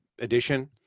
edition